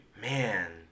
Man